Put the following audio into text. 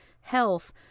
health